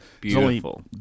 Beautiful